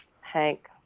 Hank